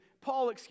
Paul